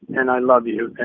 and i love you.